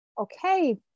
Okay